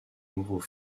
nouveau